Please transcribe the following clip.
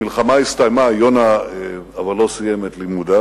המלחמה הסתיימה, אבל יונה לא סיים את לימודיו.